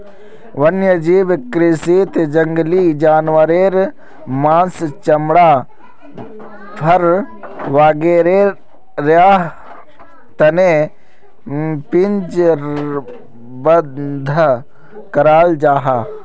वन्यजीव कृषीत जंगली जानवारेर माँस, चमड़ा, फर वागैरहर तने पिंजरबद्ध कराल जाहा